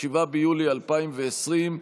7 ביולי 2020,